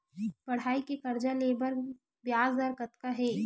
पढ़ई के कर्जा ले बर ब्याज दर कतका हे?